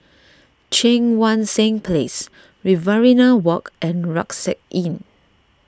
Cheang Wan Seng Place Riverina Walk and Rucksack Inn